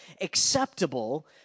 acceptable